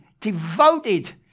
devoted